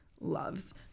loves